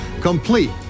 complete